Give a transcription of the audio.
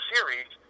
Series